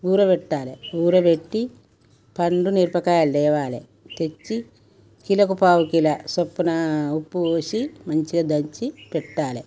ఊరబెట్టాలే ఊరబెట్టి పండు మిరపకాయలు తేవాలి తెచ్చి కిలోకి పావు కిలో చొప్పున ఉప్పు పోసి మంచిగా దంచి పెట్టాలే